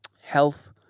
health